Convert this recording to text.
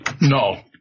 no